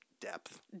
Depth